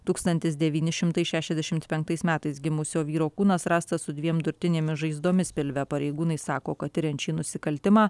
tūkstantis devyni šimtai šešiasdešimt penktais metais gimusio vyro kūnas rastas su dviem durtinėmis žaizdomis pilve pareigūnai sako kad tiriant šį nusikaltimą